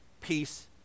peace